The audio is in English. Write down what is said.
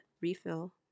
refill